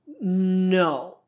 no